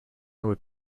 would